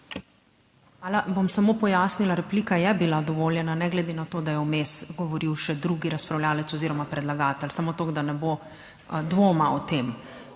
Hvala. Bom samo pojasnila, replika je bila dovoljena, ne glede na to, da je vmes govoril še drugi razpravljavec oziroma predlagatelj, samo toliko, da ne bo dvoma o tem.